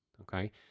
okay